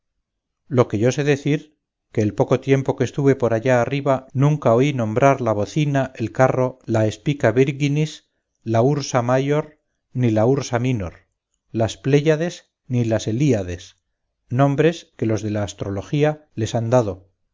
lo que yo sé decir que el poco tiempo que estuve por allá arriba nunca oí nombrar la bocina el carro la espica vírginis la ursa major ni la ursa minor las pléyades ni las helíades nombres que los de la astrología les han dado